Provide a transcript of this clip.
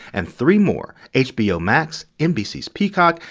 and three more hbo max, nbc's peacock,